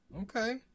Okay